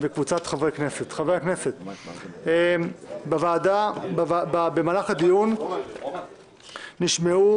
הסעיף האחרון על סדר-היום קביעת הוועדה לדיון בהצעות החוק הבאות: